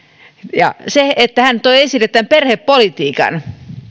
ja hän toi esille tämän perhepolitiikan